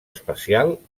espacial